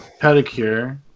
pedicure